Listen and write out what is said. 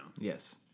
Yes